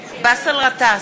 באסל גטאס,